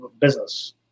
business